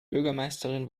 bürgermeisterin